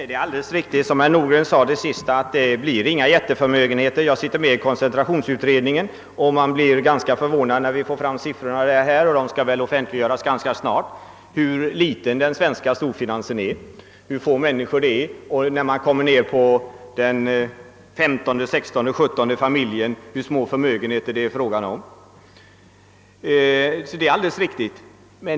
Herr talman! Som herr Nordgren sade är det alldeles riktigt att det inte uppstått några jättelika förmögenheter. Jag sitter med i koncentrationsutredningen och kan intyga, att man blir ganska förvånad över utredningens siffror de offentliggörs nog ganska snart — som visar hur liten den svenska storfinansen är, hur få människor det rör sig om och hur små förmögenheterna är då man kommer ned vid den femtonde, sextonde eller sjuttonde familjen på listan.